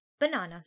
Banana